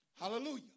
Hallelujah